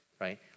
right